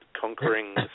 conquering